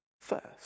first